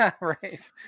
Right